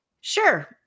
Sure